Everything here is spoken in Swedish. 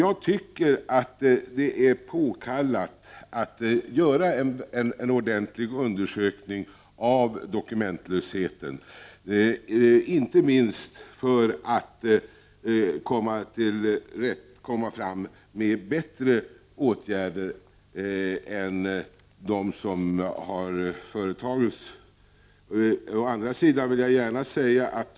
Jag tycker att en ordentlig undersökning av detta med dokumentlösheten är påkallad, inte minst för att förbättra åtgärderna i det sammanhanget.